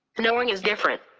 knowing is different.